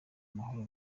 mahoro